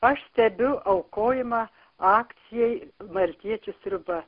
aš stebiu aukojimą akcijai maltiečių sriuba